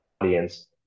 audience